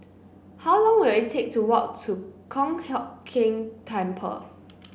how long will it take to walk to Kong Hock Keng Temple